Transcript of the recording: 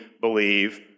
believe